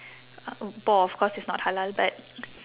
boar of course is not halal but